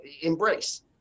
embrace